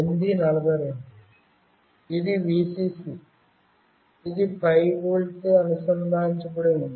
ఇది Vcc ఇది 5 వోల్ట్తో అనుసంధానించబడి ఉంది